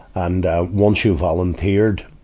and, ah, once you volunteered,